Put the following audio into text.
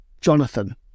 Jonathan